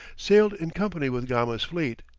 sailed in company with gama's fleet.